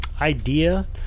idea